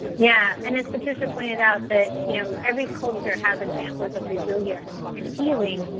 yeah, and as patricia pointed out that you know every culture has examples of resilience and healing,